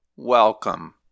Welcome